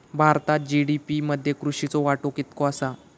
भारतात जी.डी.पी मध्ये कृषीचो वाटो कितको आसा?